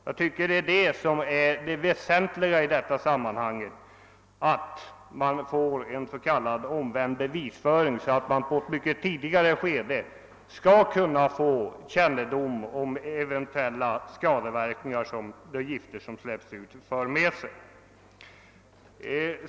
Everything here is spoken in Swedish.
Jag tycker att det väsentliga i detta sammanhang är denna s.k. omvända bevisföring, så att man i ett mycket tidigare skede skall kunna få kännedom om eventuella skadeverkningar som de utsläppta gifterna för med sig.